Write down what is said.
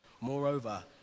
Moreover